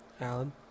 Alan